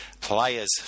players